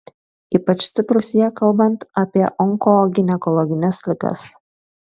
ypač stiprūs jie kalbant apie onkoginekologines ligas